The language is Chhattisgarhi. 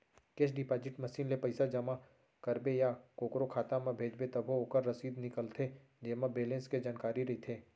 केस डिपाजिट मसीन ले पइसा जमा करबे या कोकरो खाता म भेजबे तभो ओकर रसीद निकलथे जेमा बेलेंस के जानकारी रइथे